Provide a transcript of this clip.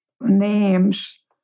names